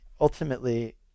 ultimately